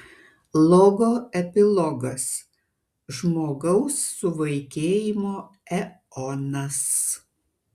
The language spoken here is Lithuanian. logo epilogas žmogaus suvaikėjimo eonas